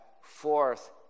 fourth